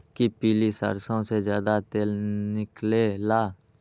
कि पीली सरसों से ज्यादा तेल निकले ला?